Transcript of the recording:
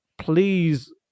please